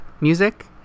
music